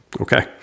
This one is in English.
Okay